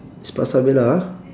it's pasarbella ah